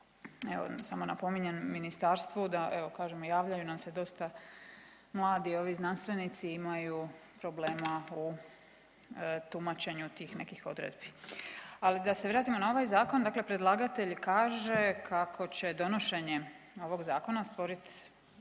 evo samo napominjem ministarstvu da evo kažem javljaju nam se dosta mladi ovi znanstvenici imaju problema u tumačenju tih nekih odredbi. Ali da se vratimo na ovaj zakon. Dakle, predlagatelj kaže kako će donošenje ovog zakona stvoriti